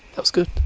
that was good.